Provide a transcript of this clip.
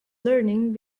learning